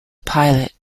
pilot